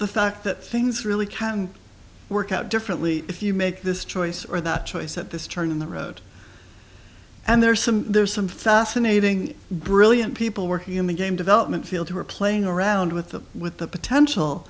the fact that things really can work out differently if you make this choice or that choice at this turn in the road and there's some there's some fascinating brilliant people working in the game development field who are playing around with them with the potential